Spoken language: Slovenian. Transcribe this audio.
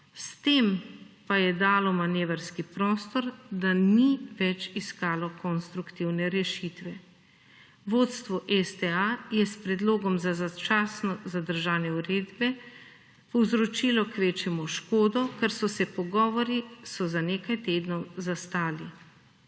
s tem pa je dalo manevrski prostor, da ni več iskalo konstruktivne rešitve. Vodstvo STA je s predlogom za začasno zadržanje uredbe povzročilo kvečjemu škodo, ker so pogovori za nekaj tednov zastali.